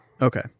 Okay